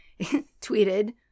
tweeted